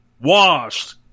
Washed